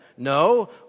No